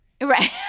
Right